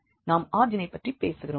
நாம் ஆரிஜினைப் பற்றி பேசுகிறோம்